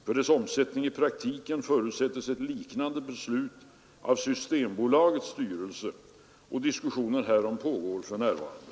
För dess omsättning i praktiken förutsättes ett liknande beslut av Systembolagets styrelse. Diskussion härom pågår för närvarande.